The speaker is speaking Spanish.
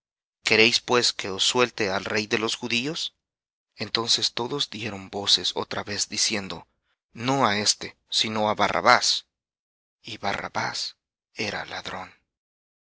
queréis pues que os suelte al rey de los judíos entonces todos dieron voces otra vez diciendo no á éste sino á barrabás y barrabás era ladrón